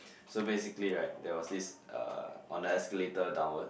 so basically right there was this uh on the escalator downward